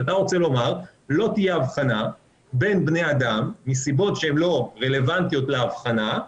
זה שלא תהיה אבחנה בין בני אדם מסיבות שהן לא רלוונטיות לאבחנה,